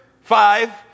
Five